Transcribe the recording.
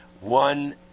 One